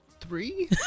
Three